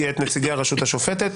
יהיה את נציגי הרשות השופטת,